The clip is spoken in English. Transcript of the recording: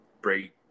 Break